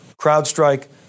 CrowdStrike